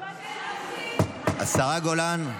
השרה גולן?